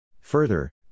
Further